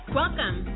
Welcome